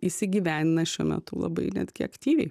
įsigyvendina šiuo metu labai netgi aktyviai